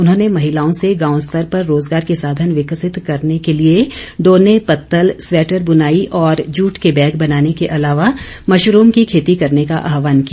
उन्होंने महिलाओं से गांव स्तर पर रोजगार के साधन विकसित करने के लिए डोने पतल सवैटर बनाई और जट के बैग बनाने के अलावा मशरूम की खेती करने का आहवान किया